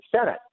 Senate